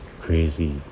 Crazy